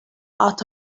out